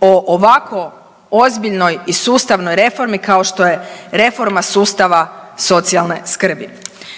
o ovako ozbiljnoj i sustavnoj reformi kao što je reforma sustava socijalne skrbi.